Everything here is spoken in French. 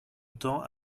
temps